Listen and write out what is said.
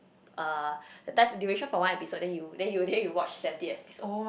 uh the time duration for one episode then you then you then you watch seventy episodes